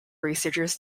researchers